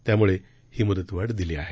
त्यामुळे हीमुदतवाढदिलीआहे